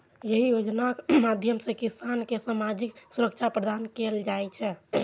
एहि योजनाक माध्यम सं किसान कें सामाजिक सुरक्षा प्रदान कैल जाइ छै